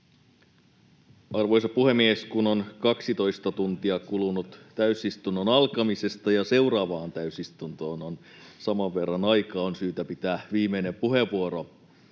Arvoisa puhemies! Kun on 12 tuntia kulunut täysistunnon alkamisesta ja seuraavaan täysistuntoon on saman verran aikaa, on syytä pitää viimeinen puheenvuoro.